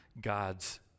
God's